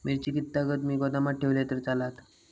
मिरची कीततागत मी गोदामात ठेवलंय तर चालात?